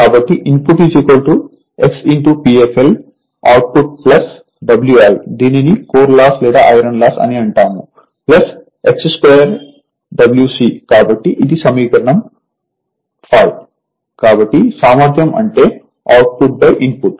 కాబట్టి input x P f l output Wi దీనిని core loss లేదా ఐరన్ లాస్ అని అంటాము X2Wc కాబట్టి ఇది సమీకరణం 5 కాబట్టి సామర్థ్యం అంటే అవుట్పుట్ ఇన్పుట్